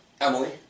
Emily